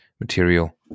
material